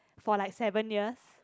for like seven years